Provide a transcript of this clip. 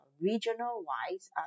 regional-wise